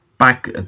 back